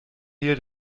hehl